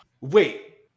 Wait